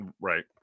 right